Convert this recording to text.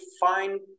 find